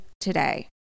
today